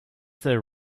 there